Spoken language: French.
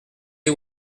des